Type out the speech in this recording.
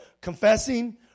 confessing